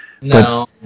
No